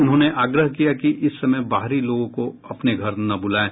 उन्होंने आग्रह किया कि इस समय बाहरी लोगों को अपने घर न बुलाएं